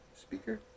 Speaker